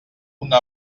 una